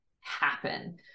happen